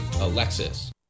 Alexis